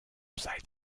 seid